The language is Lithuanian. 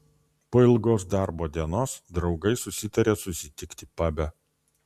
po ilgos darbo dienos draugai susitarė susitikti pabe